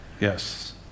Yes